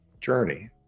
journey